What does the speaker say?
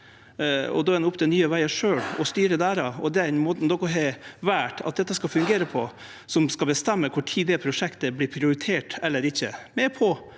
er det opp til Nye Vegar sjølv å styre det. Det er måten dei har valt at dette skal fungere på, som skal bestemme kva tid det prosjektet vert prioritert eller ikkje.